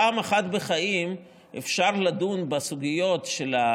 פעם אחת בחיים אפשר לדון בסוגיות מה